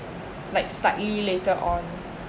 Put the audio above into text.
like slightly later on